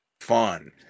fun